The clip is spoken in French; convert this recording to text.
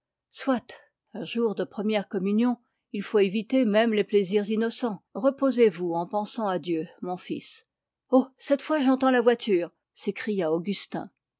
soit un jour de première communion il faut éviter même les plaisirs innocents reposez-vous en pensant à dieu mon fils oh cette fois j'entends la voiture s'écria augustin